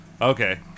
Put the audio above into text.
Okay